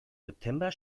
september